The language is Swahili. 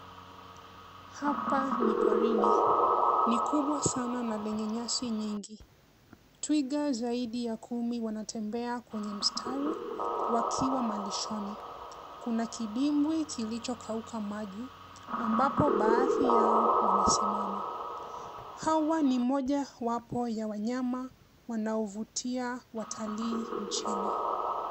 Hapa ni porini, ni kubwa sana na lenye nyasi nyingi. Twiga zaidi ya kumi wanatembea kwenye mistari wakiwa malishoni. Kuna kidibwi kilichokauka maji ambapo baadhi yao wamesimama. Hawa ni mojawapo wa wanyama wanaowavutia watalii nchini.